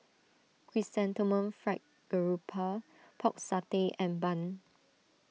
Chrysanthemum Fried Garoupa Pork Satay and Bun